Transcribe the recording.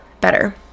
better